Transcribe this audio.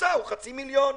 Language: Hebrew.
הממוצע הוא חצי מיליון.